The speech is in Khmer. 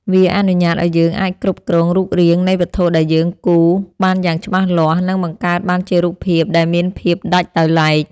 វាអនុញ្ញាតឱ្យយើងអាចគ្រប់គ្រងរូបរាងនៃវត្ថុដែលយើងគូរបានយ៉ាងច្បាស់លាស់ និង បង្កើតបានជារូបភាពដែលមានភាពដាច់ដោយឡែក។